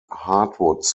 hardwoods